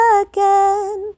again